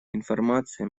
информации